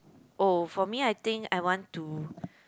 oh for me I think I want to